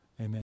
Amen